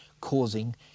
causing